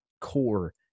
core